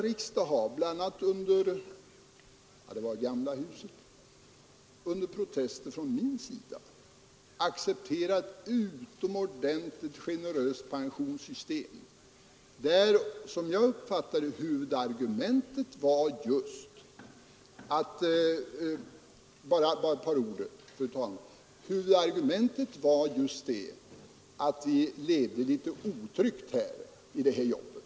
Riksdagen har nämligen — det var i det gamla huset — under protester från min sida accepterat ett utomordentligt generöst pensionssystem. Som jag uppfattade det var då huvudargumentet just det att vi levde lite otryggt i det här jobbet.